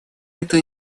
эту